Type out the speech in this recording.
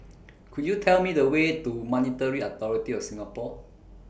Could YOU Tell Me The Way to Monetary Authority of Singapore